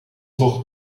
zocht